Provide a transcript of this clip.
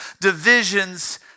divisions